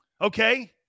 Okay